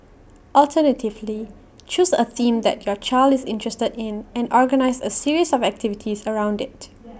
alternatively choose A theme that your child is interested in and organise A series of activities around IT